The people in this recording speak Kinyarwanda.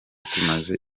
tumaze